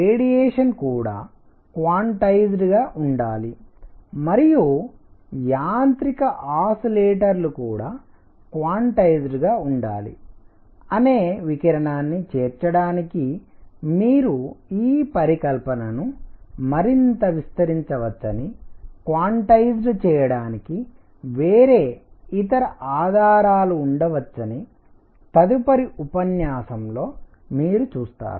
radiation కూడా quantized గా ఉండాలి మరియు యాంత్రిక ఆసిలేటర్ లు కూడా క్వాన్టైజ్డ్ గా ఉండాలి అనే వికిరణాన్ని చేర్చడానికి మీరు ఈ పరికల్పనను మరింత విస్తరించవచ్చని క్వాన్టైజ్ చేయడానికి వేరే ఇతర ఆధారాలు ఉండవచ్చని తదుపరి ఉపన్యాసంలో మీరు చూస్తారు